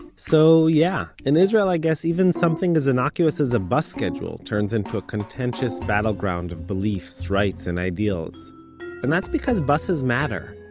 so yeah, in israel i guess, even something as innocuous as a bus schedule turns into a contentious battleground of beliefs, rights and ideals and that's because buses matter.